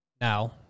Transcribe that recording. Now